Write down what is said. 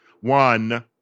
one